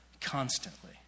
constantly